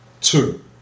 Two